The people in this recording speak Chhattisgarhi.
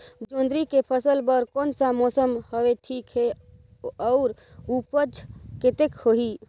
जोंदरी के फसल बर कोन सा मौसम हवे ठीक हे अउर ऊपज कतेक होही?